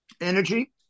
energy